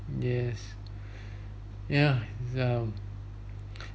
yes yeah it's um